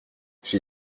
j’ai